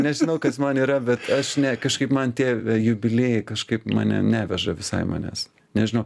nežinau kas man yra bet aš ne kažkaip man tie jubiliejai kažkaip mane neveža visai manęs nežinau